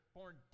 born